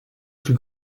plus